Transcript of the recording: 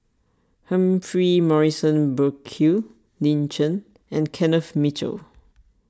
Humphrey Morrison Burkill Lin Chen and Kenneth Mitchell